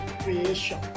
creation